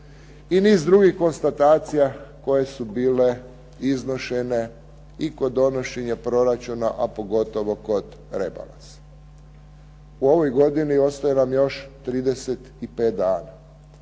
i niz drugih konstatacija koje su bile iznošene i kod donošenja proračuna a pogotovo kod rebalansa. U ovoj godini ostaje nam još 35 dana,